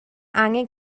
angen